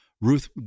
Ruth